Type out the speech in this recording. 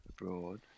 abroad